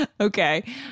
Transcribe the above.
Okay